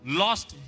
lost